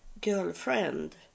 girlfriend